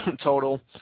total